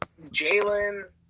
Jalen